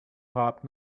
hopped